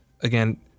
again